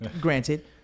granted